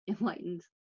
enlightened